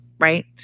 Right